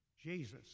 Jesus